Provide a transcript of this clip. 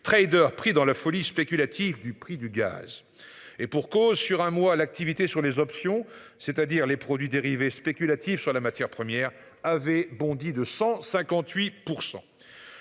trader pris dans la folie spéculative du prix du gaz. Et pour cause, sur un mois, l'activité sur les options, c'est-à-dire les produits dérivés spéculatifs sur la matière première avait bondi de 158%